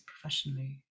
professionally